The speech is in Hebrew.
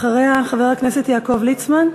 אחריה חבר הכנסת יעקב ליצמן.